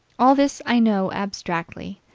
all this i know abstractly,